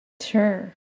Sure